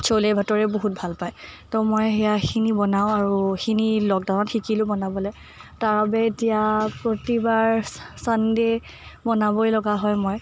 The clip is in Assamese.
ছ'লে ভটোৰে বহুত ভাল পায় ত' মই সেয়াখিনি বনাওঁ আৰু সেইখিনি লকডাউনত শিকিলোঁ বনাবলৈ তাৰবাবে এতিয়া প্ৰতিবাৰ ছা ছানডে' বনাবয়েই লগা হয় মই